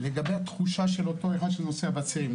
לגבי התחושה של אותו אחד שנוסע בצירים,